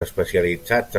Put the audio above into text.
especialitzats